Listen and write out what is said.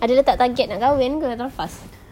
ada letak target nak kahwin ke tahun lepas